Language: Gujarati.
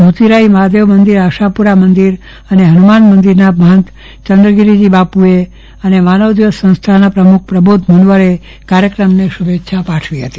મોચીરાઈ મહાદેવ મંદિર આશાપુરા મંદિર હનુમાન મંદિરના મહંતશ્રી યન્દ્રગીરી બાપુએ અને માનવ જ્યોત સંસ્થાના પ્રમુખ પ્રબોધ મુન્વારે કાર્યક્રમને શુભેચ્છા પાઠવી હતી